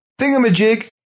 thingamajig